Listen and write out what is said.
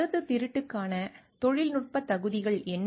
கருத்துத் திருட்டுக்கான தொழில்நுட்பத் தகுதிகள் என்ன